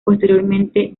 posteriormente